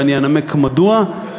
ואני אנמק מדוע,